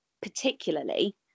particularly